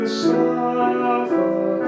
suffer